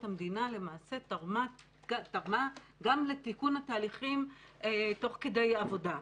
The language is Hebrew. המדינה למעשה תרמה גם לתיקון התהליכים תוך כדי עבודה.